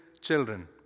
children